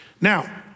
Now